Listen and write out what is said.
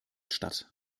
statt